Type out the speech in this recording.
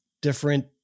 different